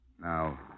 Now